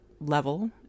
level